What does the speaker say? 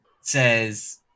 says